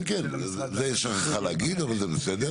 כן, כן, זה היא שכחה להגיד, אבל זה בסדר.